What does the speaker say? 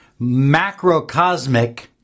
macrocosmic